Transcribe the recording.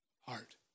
heart